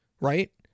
Right